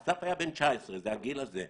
אסף היה בן 19, זה הגיל זה.